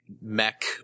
mech